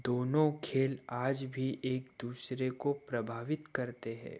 दोनों खेल आज भी एक दूसरे को प्रभावित करते हैं